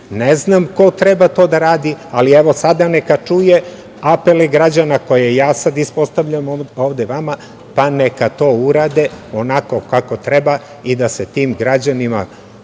ne znam ko treba to da radi, ali evo neka čuje apele građana koje ja sad uspostavljam ovde vama, pa neka to urade, onako kako treba i da se tim građanima